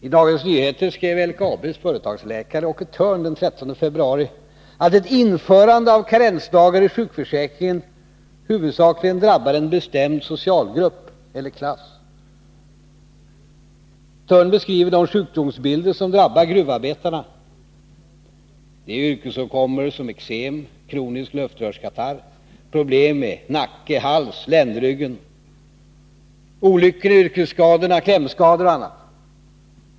I Dagens Nyheter skrev LKAB:s företagsläkare, Åke Thörn, den 13 februari att ett införande av karensdagar i sjukförsäkringen huvudsakligen drabbar en bestämd socialgrupp eller klass. Åke Thörn beskriver de sjukdomsbilder som drabbar gruvarbetarna. Det är yrkesåkommor som eksem, kronisk luftrörskatarr, problem med nacke, hals, ländryggen, det är olyckor, yrkesskador, klämskador och annat.